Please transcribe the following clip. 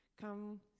come